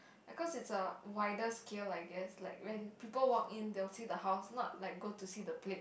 because is a wider scale I guess like when people walk in they will see the house not like go to see the plate